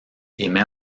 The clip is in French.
émet